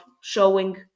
showing